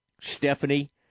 Stephanie